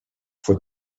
for